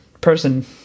person